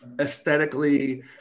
aesthetically